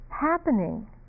happening